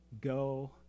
Go